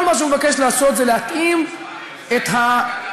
כל מה שהוא מבקש לעשות זה להתאים את ההסדרים,